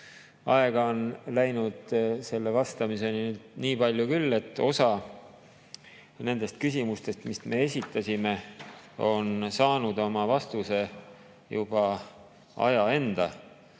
aega on läinud selle vastamiseni nii palju küll, et osa nendest küsimustest, mis me esitasime, on saanud oma vastuse juba ajas,